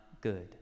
good